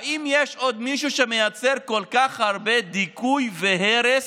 האם יש עוד מישהו שמייצר כל כך הרבה דיכוי והרס